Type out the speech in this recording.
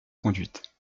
conduite